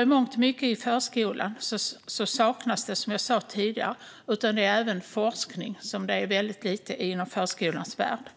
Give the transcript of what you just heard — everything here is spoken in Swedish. I mångt och mycket saknas detta i förskolan, och det gäller även forskning som det finns väldigt lite av inom förskolans värld.